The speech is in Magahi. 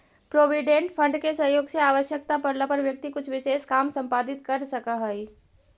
प्रोविडेंट फंड के सहयोग से आवश्यकता पड़ला पर व्यक्ति कुछ विशेष काम संपादित कर सकऽ हई